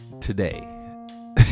Today